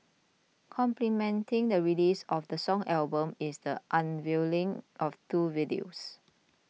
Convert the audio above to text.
complementing the release of the song album is the unveiling of two videos